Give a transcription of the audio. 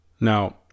Now